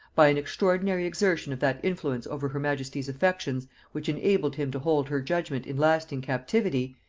by an extraordinary exertion of that influence over her majesty's affections which enabled him to hold her judgement in lasting captivity,